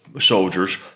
soldiers